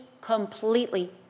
completely